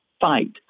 fight